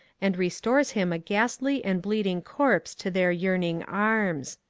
and restores him a ghastly and bleeding corpse to their yearning arms.